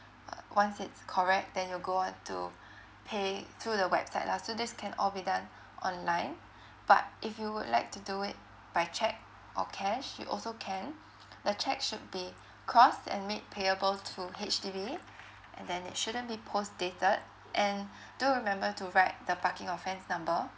err once it's correct then we'll go on to pay through the website lah so this can all be done online but if you would like to do it by cheque or cash you also can the cheque should be crossed and make payable to H_D_B and then it shouldn't be post dated and do remember to write the parking offence number